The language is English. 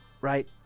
right